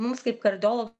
mums kaip kardiolo